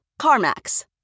CarMax